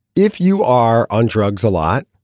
if you are on drugs a lot,